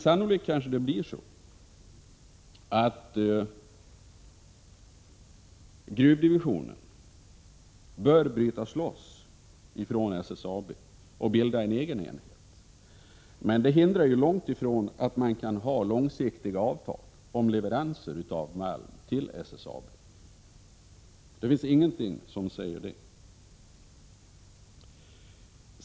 Sannolikt kanske det blir så att gruvdivisionen bör brytas loss från SSAB och bilda en egen enhet, men det hindrar ju inte att man kan ha långsiktiga avtal om leveranser av malm till SSAB; det finns ingenting som motsäger det.